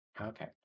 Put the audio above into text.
Okay